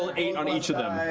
ah eight on each of them.